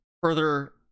further